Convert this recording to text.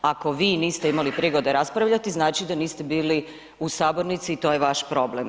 Ako vi niste imali prigode raspravljati znači da niste bili u sabornici i to je vaš problem.